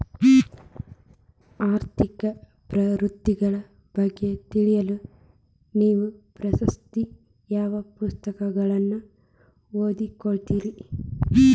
ಆರ್ಥಿಕ ಪ್ರವೃತ್ತಿಗಳ ಬಗ್ಗೆ ತಿಳಿಯಲು ನೇವು ಪ್ರಸ್ತುತ ಯಾವ ಪುಸ್ತಕಗಳನ್ನ ಓದ್ಲಿಕತ್ತಿರಿ?